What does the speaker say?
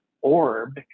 orb